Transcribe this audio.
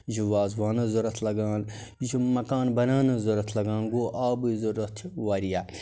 یہِ چھُ وازوانَس ضوٚرَتھ لَگان یہِ چھُ مَکان بناونَس ضوٚرَتھ لَگان گوٚو آبٕچ ضوٚرتھ چھِ واریاہ